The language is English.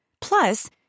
Plus